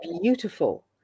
beautiful